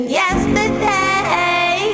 yesterday